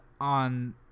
on